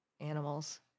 Animals